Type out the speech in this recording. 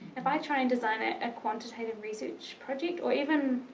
if i try and design a and quantitative research project, or even